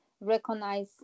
recognize